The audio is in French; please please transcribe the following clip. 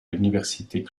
l’université